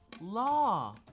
Law